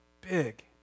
big